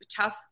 tough